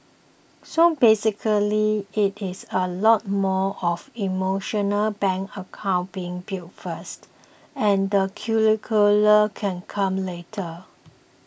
so basically it is a lot more of emotional bank account being built first and the curriculum can come later